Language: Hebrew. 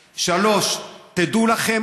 3. תדעו לכם,